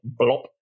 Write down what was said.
blop